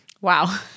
Wow